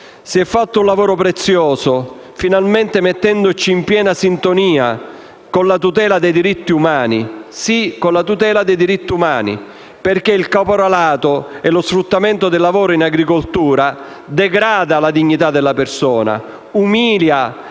Si è fatto un lavoro prezioso, che ci ha messo finalmente in piena sintonia con la tutela dei diritti umani, perché il caporalato e lo sfruttamento del lavoro in agricoltura degradano la dignità della persona, umiliano